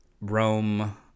Rome